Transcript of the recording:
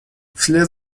вслед